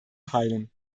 heilen